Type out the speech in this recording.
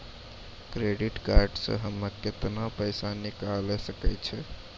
Credit card से हम्मे केतना पैसा निकाले सकै छौ?